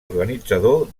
organitzador